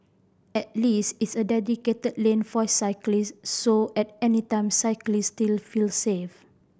at least it's a dedicated lane for cyclists so at any time cyclists still feel safe